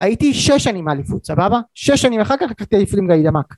הייתי שש שנים באליפות, סבבה? שש שנים אחר כך לקחתי עשרים גאידמק